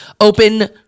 Open